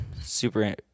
super